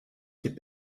heb